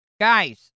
guys